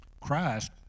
Christ